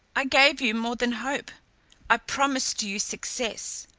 i gave you more than hope i promised you success.